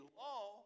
law